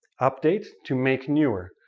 update to make newer,